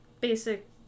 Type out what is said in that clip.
Basic